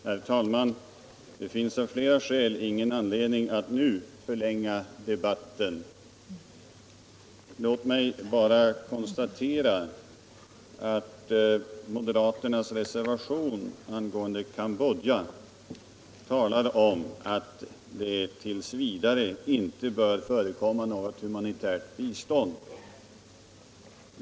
Herr talman! Det finns'av flera skäl ingen anledning att nu förlänga debatten. Låt mig bara konstatera att moderaternas reservation angående Cambodja talar om att det tills vidare inte bör förekomma något humanitärt bistånd.